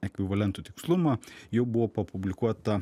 ekvivalentų tikslumą jau buvo publikuota